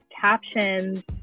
captions